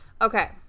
Okay